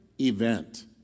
event